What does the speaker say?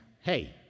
hey